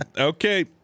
okay